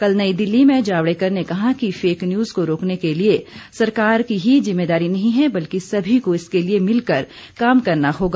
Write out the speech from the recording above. कल नई दिल्ली में जावड़ेकर ने कहा कि फेक न्यूज को रोकने के लिए सरकार की ही जिम्मेदारी नहीं है बल्कि सभी को इसके लिए मिलकर काम करना होगा